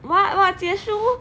what what 结束